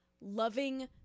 loving